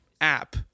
app